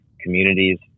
communities